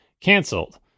canceled